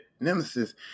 nemesis